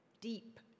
deep